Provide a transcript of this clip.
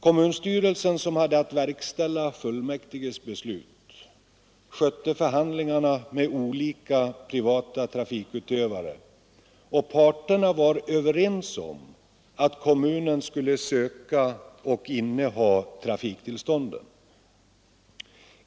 Kommunstyrelsen, som hade att verkställa fullmäktiges beslut, skötte förhandlingarna med olika privata trafikutövare och parterna var överens om att kommunen skulle söka och inneha trafiktillstånden.